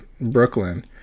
Brooklyn